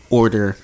order